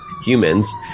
humans